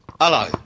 Hello